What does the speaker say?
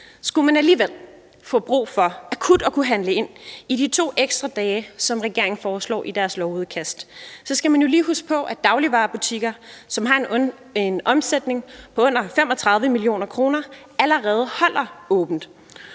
Skulle man alligevel få brug for akut at kunne handle ind i de to ekstra dage, som regeringen foreslår, skal man jo lige huske på, at dagligvarebutikker, som har en omsætning på under 35 mio. kr., allerede holder åbent,